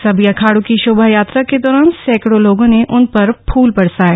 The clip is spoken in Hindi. सभी अखाड़ों की शोभायात्रा के दौरान सैकड़ों लोगों ने उन पर फूल बरसाए